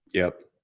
yep.